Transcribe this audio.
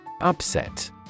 Upset